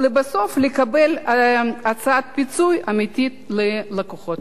ולבסוף לקבל הצעת פיצוי אמיתית ללקוחות.